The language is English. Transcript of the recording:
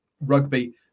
rugby